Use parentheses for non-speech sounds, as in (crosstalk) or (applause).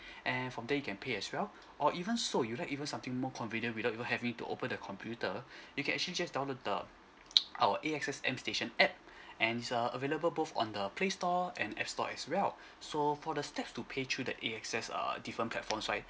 (breath) and from there you can pay as well or even so you'd like even something more convenient without even having to open the computer (breath) you can actually just download the (noise) uh A_X_S M station app and is uh available both on the playstore and app store as well so for the steps to pay through the A_X_S err different platforms right